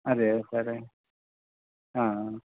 അതെയോ സാറേ ആ